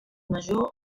major